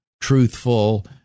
truthful